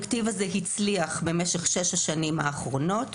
הוא גם הצליח במשך שש השנים האחרונות,